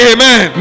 Amen